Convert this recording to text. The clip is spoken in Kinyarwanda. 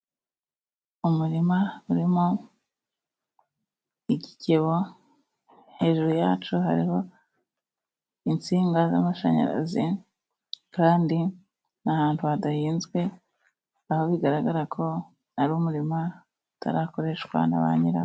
Umurima urimo igikebo, hejuru yacyo hariho insinga z'amashanyarazi kandi ni ahantu hadahinzwe, aho bigaragara ko ari umurima utarakoreshwa na ba nyirawo.